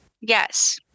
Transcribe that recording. Yes